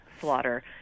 slaughter